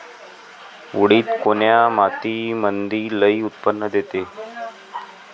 उडीद कोन्या मातीमंदी लई उत्पन्न देते?